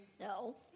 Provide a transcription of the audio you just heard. No